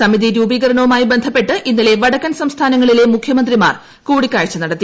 സമിതി രൂപീകരണവുമായി ബന്ധപ്പെട്ട് ഇന്നലെ വടക്കൻ സംസ്ഥാനങ്ങളിലെ മുഖ്യമന്ത്രിമാർ കുടിക്കാഴ്ച നടത്തി